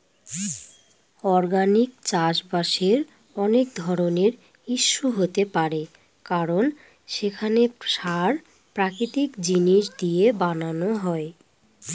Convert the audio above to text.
organic চাষবাসের অনেক ধরনের ইস্যু হতে পারে কারণ সেখানে সার প্রাকৃতিক জিনিস দিয়ে বানানো হয়